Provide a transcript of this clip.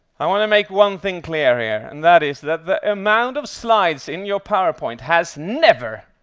i want to make one thing clear here, and that is that the amount of slides in your powerpoint has never